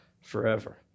forever